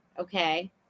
Okay